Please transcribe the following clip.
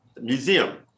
museum